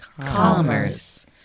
commerce